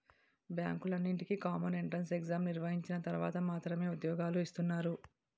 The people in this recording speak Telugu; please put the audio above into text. బ్యాంకులన్నింటికీ కామన్ ఎంట్రెన్స్ ఎగ్జామ్ నిర్వహించిన తర్వాత మాత్రమే ఉద్యోగాలు ఇస్తున్నారు